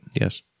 Yes